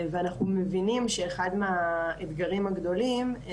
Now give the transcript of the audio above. אנחנו מבינים שאחד מהאתגרים הגדולים הוא